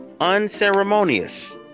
unceremonious